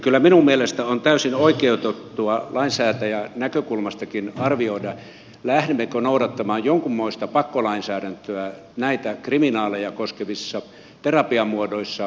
kyllä minun mielestäni on täysin oikeutettua lainsäätäjän näkökulmastakin arvioida lähdemmekö noudattamaan jonkunmoista pakkolainsäädäntöä näitä kriminaaleja koskevissa terapiamuodoissa